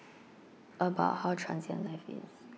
about how transient life is